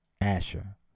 Asher